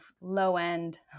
low-end